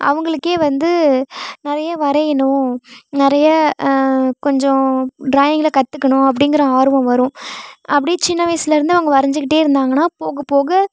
அவங்களுக்கே வந்து நிறைய வரையணும் நிறைய கொஞ்சம் ட்ராயிங்ல கற்றுக்கணும் அப்படிங்கிற ஆர்வம் வரும் அப்படி சின்ன வயிசிலருந்து அவங்க வரைஞ்சிக்கிட்டே இருந்தாங்கனா போகப்போக